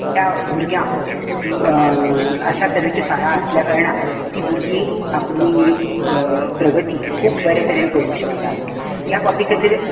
त्या भुरग्यांक अश्या तरेच्यो शाळां आसल्या कारणांन ती भुरगीं आपली प्रगती खूब बरें तरेन करूंक शकतात ह्या बाबी खातीर